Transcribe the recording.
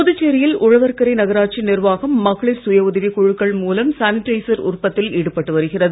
புதுச்சேரியில் உழவர்கரை நகராட்சி நிர்வாகம் மகளிர் சுய உதவிக் குழுக்கள் மூலம் சானிடைசர் உற்பத்தியில் ஈடுபட்டு வருகிறது